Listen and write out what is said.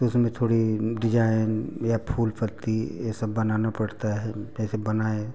उसमें थोड़ी डिजाइन या फूल पत्ती ये सब बनाना पड़ता है जैसे बनाए